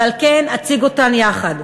ועל כן אציג אותן יחד.